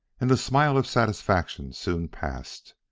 and the smile of satisfaction soon passed.